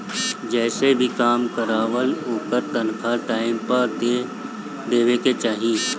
जेसे भी काम करवावअ ओकर तनखा टाइम पअ दे देवे के चाही